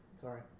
Sorry